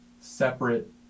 separate